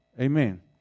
Amen